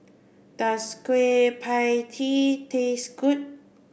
does Kueh Pie Tee taste good